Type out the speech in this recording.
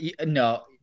No